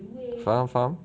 faham faham